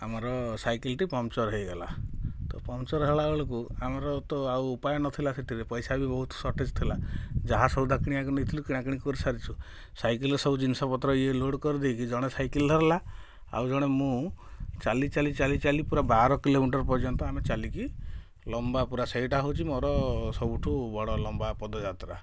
ଆମର ସାଇକିଲଟି ପଞ୍ଚର ହେଇଗଲା ତ ପଞ୍ଚର ହେଲା ବେଳକୁ ଆମର ତ ଆଉ ଉପାୟ ନଥିଲା ସେଥିରେ ପଇସା ବି ବହୁତ ସର୍ଟେଜ ଥିଲା ଯାହା ସଉଦା କିଣିବାକୁ ନେଇଥିଲୁ କିଣା କିଣି କରି ସାରିଛୁ ସାଇକେଲ ରେ ସବୁ ଜିନିଷ ପତ୍ର ୟେ ଲୋଡ଼ କରି ଦେଇକି ଜଣେ ସାଇକେଲ ଧରିଲା ଆଉ ଜଣେ ମୁଁ ଚାଲି ଚାଲି ଚାଲି ଚାଲି ପୁରା ବାର କିଲୋମିଟର ପର୍ଯ୍ୟନ୍ତ ଆମେ ଚାଲିକି ଲମ୍ବା ପୁରା ସେଇଟା ହେଉଛି ମୋର ସବୁଠୁ ବଡ଼ ଲମ୍ବା ପଦଯାତ୍ରା